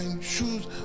shoes